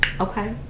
Okay